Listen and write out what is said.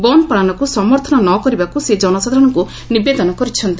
ବନ୍ଦ ପାଳନକୁ ସମର୍ଥନ ନ କରିବାକୁ ସେ ଜନସାଧାରଣଙ୍କୁ ନିବେଦନ କରିଛନ୍ତି